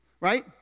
Right